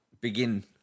begin